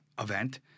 event